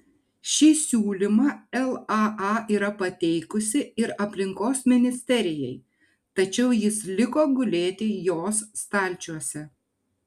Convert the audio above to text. šį siūlymą laa yra pateikusi ir aplinkos ministerijai tačiau jis liko gulėti jos stalčiuose